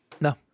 No